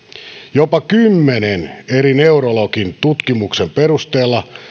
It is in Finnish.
jopa kymmenen eri neurologin tutkimusten perusteella